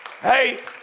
hey